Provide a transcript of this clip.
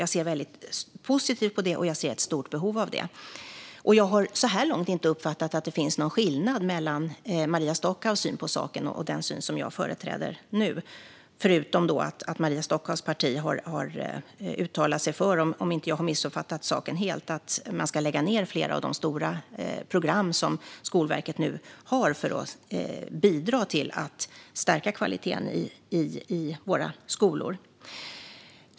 Jag ser väldigt positivt på det, och jag ser ett stort behov av det. Jag har så här långt inte uppfattat att det finns någon skillnad mellan Maria Stockhaus syn på saken och den syn som jag företräder nu, förutom att Maria Stockhaus parti har uttalat sig för, om jag inte har missuppfattat saken helt, att man ska lägga ned flera av de stora program som Skolverket nu har för att bidra till att stärka kvaliteten i våra skolor.